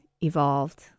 evolved